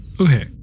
okay